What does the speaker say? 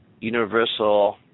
universal